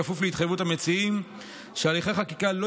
כפוף להתחייבות המציעים שהליכי חקיקה לא